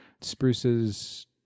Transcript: Spruce's